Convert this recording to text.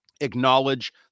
Acknowledge